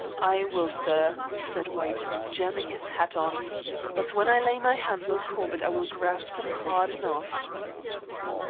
i will, sir, said white, jamming his hat on but when i lay my hands on corbett i will grasp him hard enough.